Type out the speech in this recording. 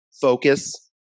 focus